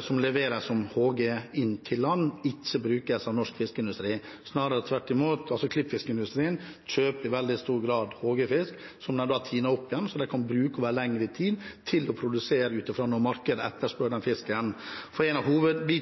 som leveres som HG inn til land, ikke brukes av norsk fiskeindustri. Snarere tvert imot, klippfiskindustrien kjøper i veldig stor grad HG-fisk, som de tiner opp igjen, som de kan bruke over lengre tid til å produsere ut fra når markedet etterspør den fisken. Når det